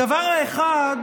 הדבר האחד